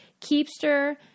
Keepster